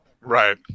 right